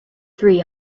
three